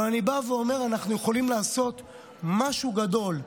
אבל אני בא ואומר: אנחנו יכולים לעשות משהו גדול,